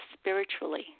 spiritually